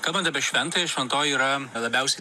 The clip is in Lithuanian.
kalbant apie šventąją šventoji yra labiausiai